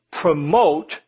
promote